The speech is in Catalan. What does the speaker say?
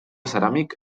ceràmic